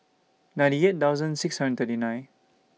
ninety eight thousand six hundred thirty nine